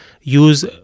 use